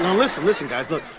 um listen, listen guys, look.